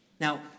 Now